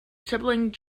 sibling